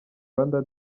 rwanda